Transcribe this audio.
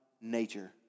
nature